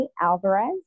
Alvarez